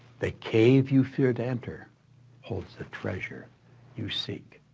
the cave you fear to enter holds the treasure you seek.